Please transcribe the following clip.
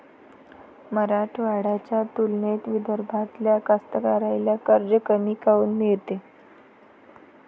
मराठवाड्याच्या तुलनेत विदर्भातल्या कास्तकाराइले कर्ज कमी काऊन मिळते?